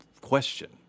question